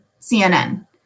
CNN